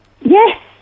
Yes